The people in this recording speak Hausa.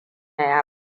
ya